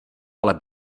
ale